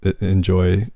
enjoy